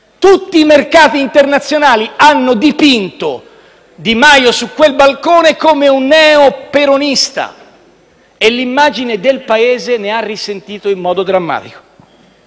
Tutti i mercati internazionali hanno dipinto Di Maio su quel balcone come un neo-peronista e l'immagine del Paese ne ha risentito in modo drammatico.